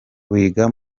wiga